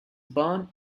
born